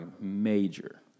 major